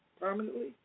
permanently